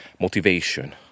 motivation